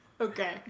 okay